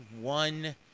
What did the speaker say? one